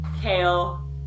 Kale